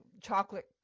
chocolate